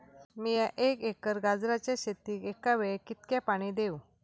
मीया एक एकर गाजराच्या शेतीक एका वेळेक कितक्या पाणी देव?